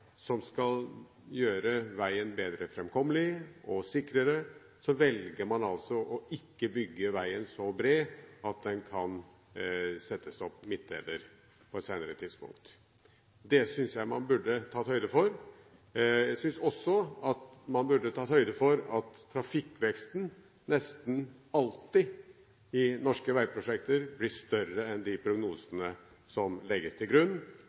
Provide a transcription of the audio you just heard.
som skal gjøre veien bedre framkommelig og sikrere, velger man altså å ikke bygge veien så bred at det kan settes opp midtdeler på et senere tidspunkt. Det synes jeg man burde ha tatt høyde for. Jeg synes også at man burde tatt høyde for at trafikkveksten nesten alltid i norske veiprosjekter blir større enn de prognosene som legges til grunn,